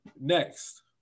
Next